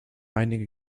einige